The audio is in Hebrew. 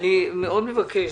אני מאוד מבקש,